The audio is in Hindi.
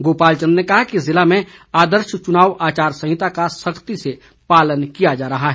गोपाल चंद ने कहा कि जिले में आदर्श चुनाव आचार संहिता का सख्ती से पालन किया जा रहा है